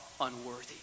unworthy